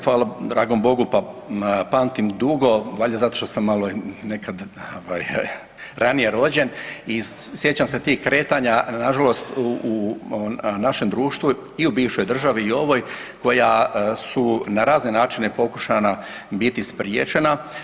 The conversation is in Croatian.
Hvala dragom Bogu pa pamtim dugo, valjda zato što sam malo nekad ranije rođen i sjećam se tih kretanja na žalost u našem društvu i u bivšoj državi i ovoj koja su na razne načine pokušana biti spriječena.